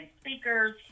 speakers